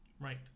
Right